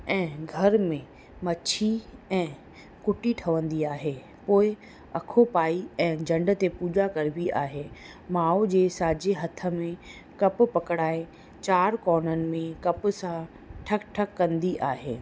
ऐं घर में मछी ऐं कुटी ठहंदी आहे पोइ अखो पाए ऐं झंड ते पूॼा करिबी आहे माउ जे साॼे हथ में कपु पकिड़ाए चारि कोननि में कप सां ठक ठक कंदी आहे